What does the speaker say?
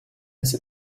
cet